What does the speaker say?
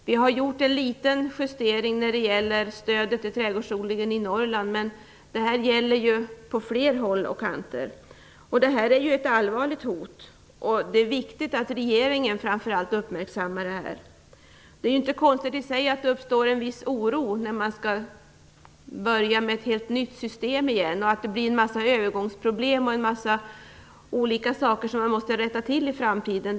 Vi har gjort en liten justering när det gäller stödet till trädgårdsodlingen i Norrland, men det här gäller på flera platser. Det här är ett allvarligt hot, som det är viktigt att framför allt regeringen uppmärksammar. Det är i sig inte konstigt att det uppstår en viss oro när man skall börja med ett helt nytt system. Det uppstår en mängd övergångsproblem, och en mängd olika saker måste rättas till i framtiden.